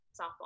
softball